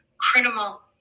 Criminal